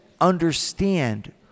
understand